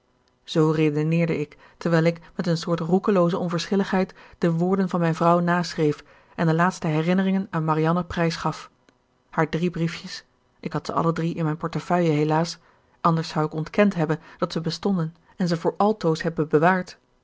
z redeneerde ik terwijl ik met een soort roekelooze onverschilligheid de woorden van mijn vrouw naschreef en de laatste herinneringen aan marianne prijsgaf haar drie briefjes ik had ze alle drie in mijn portefeuille helaas anders zou ik ontkend hebben dat ze bestonden en ze voor altoos hebben bewaard